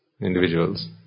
individuals